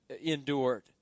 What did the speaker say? endured